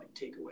takeaway